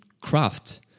craft